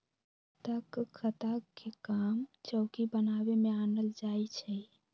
तकख्ता के काम चौकि बनाबे में आनल जाइ छइ